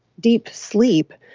deep sleep.